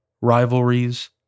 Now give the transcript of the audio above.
rivalries